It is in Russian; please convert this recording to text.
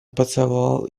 поцеловал